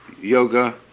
yoga